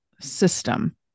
system